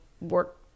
work